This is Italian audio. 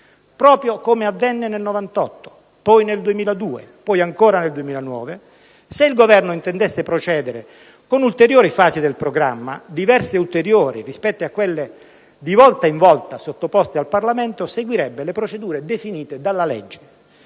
proprio come avvenne nel 1998, poi nel 2002 ed ancora nel 2009. Se il Governo intendesse procedere con ulteriori fasi del programma, diverse e ulteriori rispetto a quelle di volta in volta sottoposte al Parlamento, seguirebbe le procedure definite dalla legge.